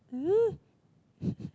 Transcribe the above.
mm